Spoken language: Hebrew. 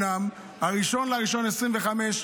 1 בינואר 2025,